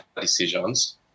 decisions